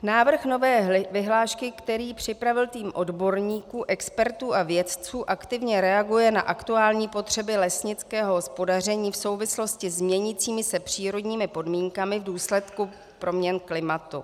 Návrh nové vyhlášky, který připravil tým odborníků, expertů a vědců, aktivně reaguje na aktuální potřeby lesnického hospodaření v souvislosti s měnícími se přírodními podmínkami v důsledku proměn klimatu.